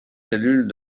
cellules